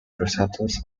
receptors